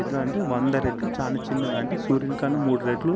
ఎట్లా అంటే వంద రెట్లు చాలా చిన్నది అంటే సూర్యుడి కన్నా మూడు రెట్లు